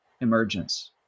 emergence